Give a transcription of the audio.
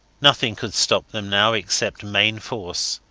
nothing could stop them now except main force.